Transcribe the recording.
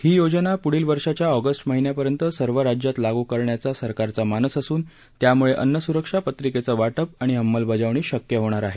ही योजना पुढील वर्षाच्या ऑगस्ट महिन्यापर्यंत सर्व राज्यांत लागू करण्याचा सरकारचा मानस असून त्यामुळे अन्नसुरक्षा पंत्रिकेचं वाटप आणि अंमलबजावणी शक्य होणार आहे